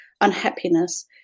unhappiness